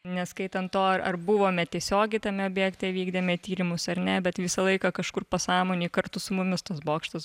neskaitant to ar buvome tiesiogiai tame objekte vykdėme tyrimus ar ne bet visą laiką kažkur pasąmonėj kartu su mumis tas bokštas